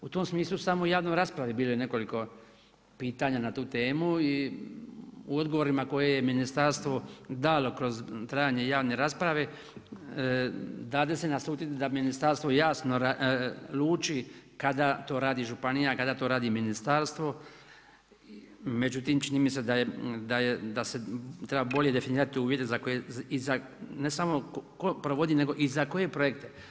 U tom smislu u samoj javnoj raspravi je bilo nekoliko pitanja na tu temu i u odgovorima koje je ministarstvo dalo kroz trajanje javne rasprave, dade se naslutiti da ministarstvo jasno luči kada to radi županija, kada to radi ministarstvo, međutim čini mi se da se treba bolje definirati uvjeti ne samo tko provodi, nego i za koje projekte.